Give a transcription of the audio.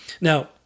Now